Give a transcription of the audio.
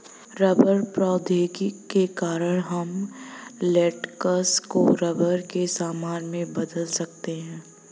rubber प्रौद्योगिकी के कारण हम लेटेक्स को रबर के सामान में बदल सकते हैं